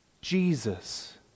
Jesus